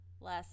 less